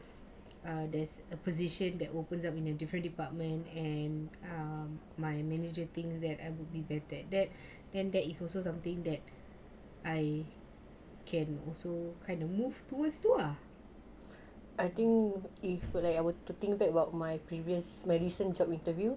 err there's a position that opens up in a different department and um my manager thinks that I would be better in that then that is also something that I can also kind of move towards to ah